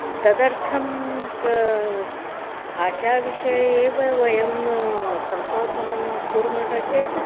तदर्थं भाषाविषये एव वयं संशोधनं कुर्मः चेत्